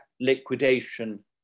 liquidation